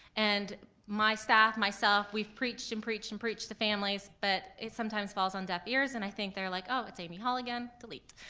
and my staff, myself, we've preached and preached and preached to families, but it sometimes falls on deaf ears, and i think they're like, oh, it's amy hall again, delete.